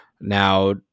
Now